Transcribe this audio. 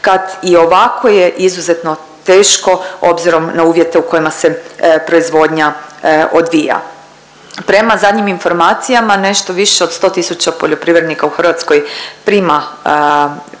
kad i ovako je izuzetno teško obzirom na uvjete u kojima se proizvodnja odvija. Prema zadnjim informacijama nešto više od 100 tisuća poljoprivrednika u Hrvatskoj prima